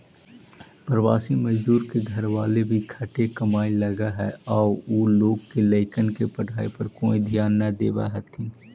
प्रवासी मजदूर के घरवाली भी खटे कमाए लगऽ हई आउ उ लोग के लइकन के पढ़ाई पर कोई ध्याने न देवऽ हथिन